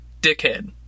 Dickhead